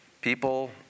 people